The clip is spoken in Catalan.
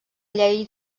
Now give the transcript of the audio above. llei